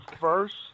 first